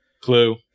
Clue